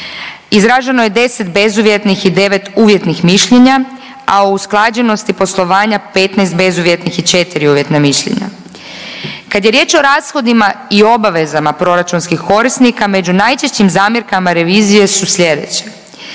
Izraženo je 10 bezuvjetnih i 9 uvjetnih mišljenja, a usklađenosti poslovanja 15 bezuvjetnih i 4 uvjetna mišljenja. Kada je riječ o rashodima i obavezama proračunskih korisnika među najčešćim zamjerkama revizije su sljedeće: